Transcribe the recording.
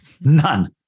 None